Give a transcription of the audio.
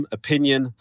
opinion